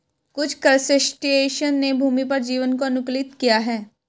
कुछ क्रस्टेशियंस ने भूमि पर जीवन को अनुकूलित किया है